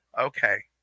okay